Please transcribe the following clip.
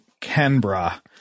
Canberra